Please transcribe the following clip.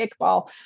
kickball